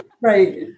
Right